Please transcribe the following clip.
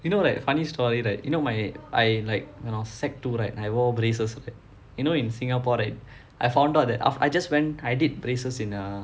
you know like funny story right you know my I like when I was secondary two right I was braces right you know in singapore right I found out that I just when I did braces in uh